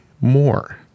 more